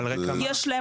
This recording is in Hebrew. יש להם,